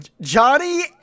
johnny